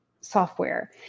software